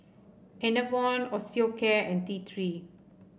Enervon Osteocare and T Three